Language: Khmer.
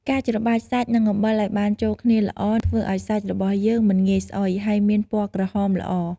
ការច្របាច់សាច់ និងអំបិលឱ្យបានចូលគ្នាល្អ ធ្វើឱ្យសាច់របស់យើងមិនងាយស្អុយ ហើយមានពណ៌ក្រហមល្អ។